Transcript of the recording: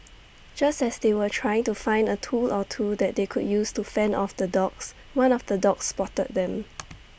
just as they were trying to find A tool or two that they could use to fend off the dogs one of the dogs spotted them